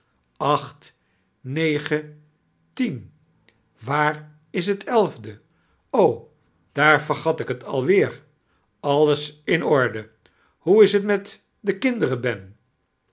acht negen tien waar is het elfde o daar vergat ik t al weer alles in orde hoe is t met de kinderen ben